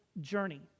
journey